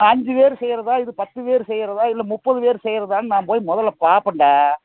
அஞ்சு பேர் செய்யிறதாக இது பத்து பேர் செய்யிறதாக இல்லை முப்பது பேர் செய்யிறதான்னு நான் போய் முதலில் பார்ப்பன்டா